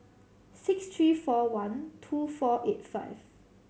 six three four one two four eight five